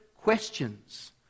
questions